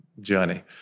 journey